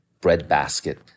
breadbasket